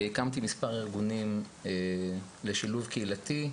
הקמתי מספר ארגונים לשילוב קהילתי,